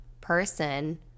person